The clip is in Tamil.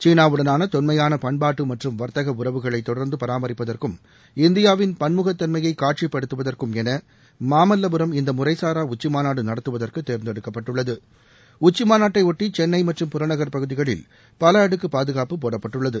சீனாவுடனான தொன்மையான பண்பாட்டு மற்றும் வர்த்தக உறவுகளை தொடர்ந்து பராமரிப்பதற்கும் இந்தியாவின் பன்முகத்தன்மையை காட்சிப்படுத்துவதற்கும் என மாமல்வபுரம் இந்த முறைசாரா உச்சிமாநாடு நடத்துவதற்கு தேர்ந்தெடுக்கப்பட்டுள்ளது உச்சிமாநாட்டையொட்டி சென்னை மற்றும் புறநகள் பகுதிகளில் பல அடுக்கு பாதுகாப்பு போடப்பட்டுள்ளது